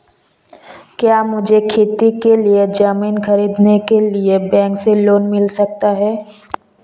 क्या मुझे खेती के लिए ज़मीन खरीदने के लिए बैंक से लोन मिल सकता है?